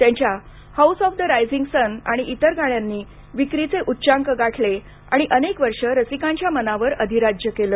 त्यांच्या house of the rising sun आणि इतर गाण्यांनी विक्रीचे उच्चांक गाठले आणि अनेक वर्षं रसिकांच्या मनावर अधिराज्य केलं